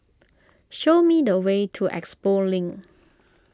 show me the way to Expo Link